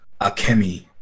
Akemi